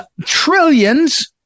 trillions